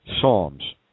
psalms